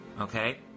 Okay